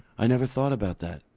i never thought about that.